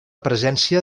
presència